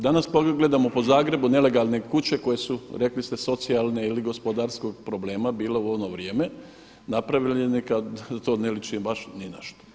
Danas gledamo po Zagrebu nelegalne kuće koje su rekli socijalne ili gospodarskog problema bile u ono vrijeme, napravljene kad to ne liči baš ni na što.